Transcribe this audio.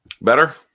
Better